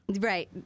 Right